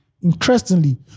Interestingly